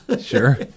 Sure